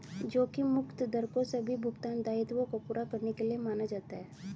जोखिम मुक्त दर को सभी भुगतान दायित्वों को पूरा करने के लिए माना जाता है